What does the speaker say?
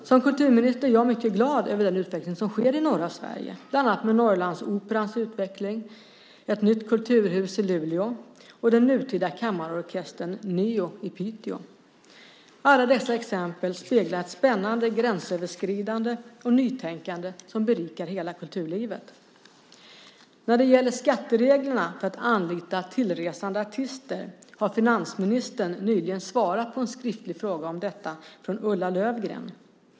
Som kulturminister är jag mycket glad över den utveckling som sker i norra Sverige, bland annat med Norrlandsoperans utveckling, ett nytt kulturhus i Luleå och den nutida kammarorkestern Neo i Piteå. Alla dessa exempel speglar ett spännande gränsöverskridande och nytänkande som berikar hela kulturlivet. När det gäller skattereglerna för att anlita tillresande artister har finansministern nyligen svarat på en skriftlig fråga om detta från Ulla Löfgren .